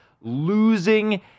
losing